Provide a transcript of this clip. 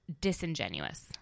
disingenuous